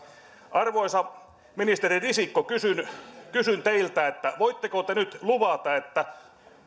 arvoisa ministeri risikko kysyn kysyn teiltä voitteko te nyt luvata että